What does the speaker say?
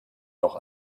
noch